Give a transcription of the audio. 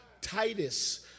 Titus